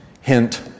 Hint